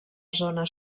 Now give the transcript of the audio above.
zona